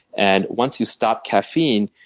and once you stop caffeine,